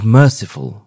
merciful